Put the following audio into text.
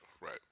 right